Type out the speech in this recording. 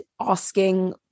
asking